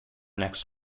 next